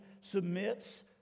submits